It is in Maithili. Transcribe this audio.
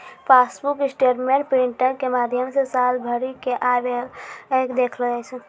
पासबुक स्टेटमेंट प्रिंटिंग के माध्यमो से साल भरि के आय व्यय के देखलो जाय छै